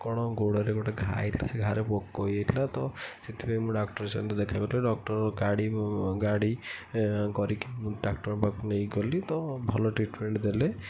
କ'ଣ ଗୋଡ଼ରେ ଗୋଟେ ଘା ହେଇଥିଲା ସେ ଘା ରେ ପୋକ ହେଇଯାଇଥିଲା ତ ସେଥିପାଇଁ ମୁଁ ଡକ୍ଟରଙ୍କ ସହିତ ଦେଖା କରିଥିଲି ଡକ୍ଟର ଗାଡ଼ି ଗାଡ଼ି କରିକି ଡାକ୍ଟରଙ୍କ ପାଖକୁ ନେଇଗଲି ତ ଭଲ ଟ୍ରିଟମେଣ୍ଟ ଦେଲେ '